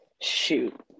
Shoot